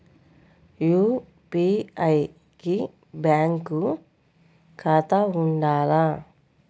UPI కి bank ఖాతా ఉండాల?